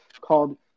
called